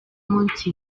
munsi